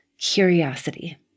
curiosity